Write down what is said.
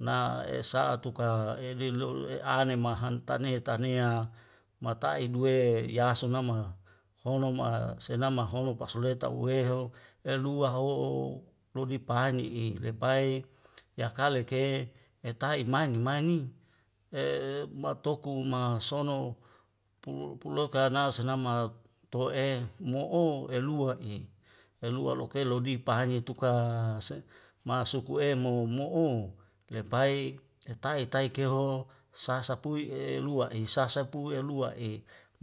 Na esa'a tuka e liloho e'ane mahantania tania mau tai duwe yasunama honoma senam mahono pas lula taweho elua ho'o lobi pani'i lepai yakale ke etai mani mani e batokung ma sono pu pulau karna sanam malaut tua e mo'o elua i elua loke lobi pani tu ka se' masuk kue mono mono lebai hetai kai keho sasapui elua i sasa pu yanlua i